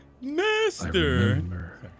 Master